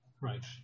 Right